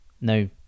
No